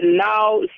now